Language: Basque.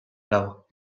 dago